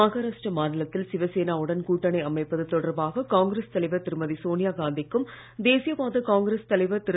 மகாராஷ்டிர மாநிலத்தில் சிவசேனா உடன் கூட்டணி அமைப்பது தொடர்பாக காங்கிரஸ் தலைவர் திருமதி சோனியாகாந்திக்கும் தேசியவாத காங்கிரஸ் தலைவர் திரு